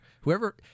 whoever